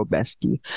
Bestie